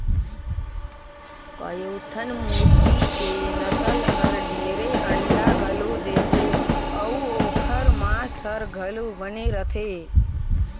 कयोठन मुरगी के नसल हर ढेरे अंडा घलो देथे अउ ओखर मांस हर घलो बने रथे